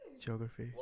geography